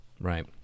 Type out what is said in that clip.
Right